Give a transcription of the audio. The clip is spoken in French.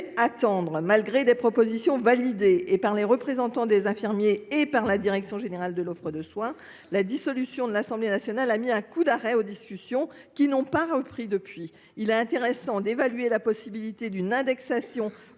attendre, malgré des propositions validées tant par les représentants des infirmiers eux mêmes que par la direction générale de l’offre de soins. La dissolution de l’Assemblée nationale a mis un coup d’arrêt aux discussions, qui n’ont pas repris depuis lors. Il serait intéressant d’évaluer la possibilité d’une indexation